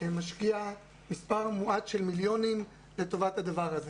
משקיע מספר מועט של מיליוני שקלים לטובת הדבר הזה.